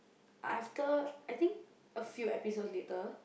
after I think a few episodes later